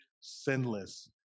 sinless